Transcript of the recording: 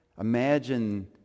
Imagine